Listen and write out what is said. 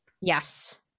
Yes